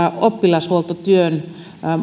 oppilashuoltotyön